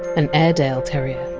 an airedale terrier.